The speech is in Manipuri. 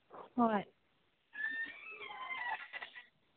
ꯍꯣꯏ